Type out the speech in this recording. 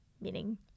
meaning